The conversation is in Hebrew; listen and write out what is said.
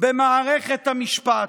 במערכת המשפט.